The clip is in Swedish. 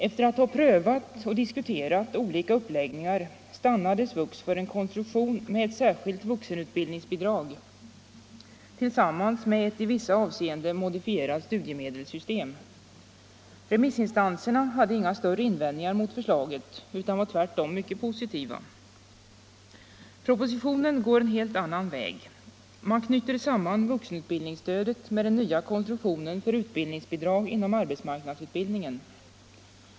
Efter att ha prövat och diskuterat olika uppläggningar stannade SVUX för en konstruktion med ett särskilt vuxenutbildningsbidrag tillsammans med ett i vissa avseenden modifierat studiemedelssystem. Remissinstanserna hade inga större invändningar mot förslaget, utan var tvärtom mycket positiva. Propositionen går en helt annan väg. Man knyter samman vuxenutbildningsstödet med den nya konstruktionen för utbildningsbidrag inom arbetsmarknadsutbildningen.